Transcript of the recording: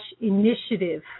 initiative